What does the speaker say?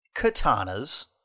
katanas